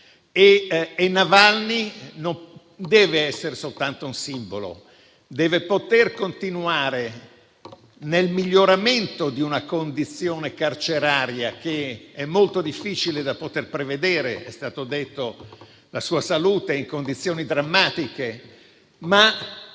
Navalny non deve essere soltanto un simbolo, ma deve anche poter continuare nel miglioramento di una condizione carceraria che è molto difficile da poter prevedere; è stato detto che la sua salute è in condizioni drammatiche.